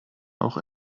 auch